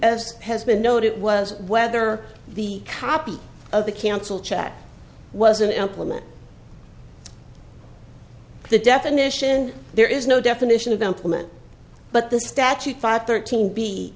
as has been known it was whether the copy of the canceled check was an implement the definition there is no definition of employment but the statute five thirteen b